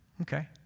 Okay